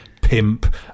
pimp